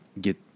get